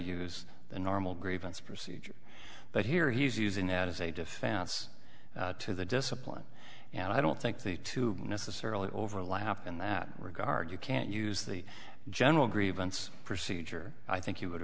use the normal grievance procedure but here he's using that as a defense to the discipline and i don't think the two necessarily overlap in that regard you can't use the general grievance procedure i think you would